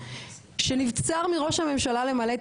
זה לא צריך להיות